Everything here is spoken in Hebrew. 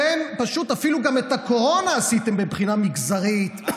אתם פשוט אפילו את הקורונה עשיתם מבחינה מגזרית.